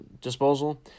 disposal